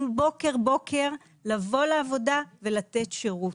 בוקר-בוקר לבוא לעבודה ולתת שירות.